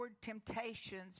temptations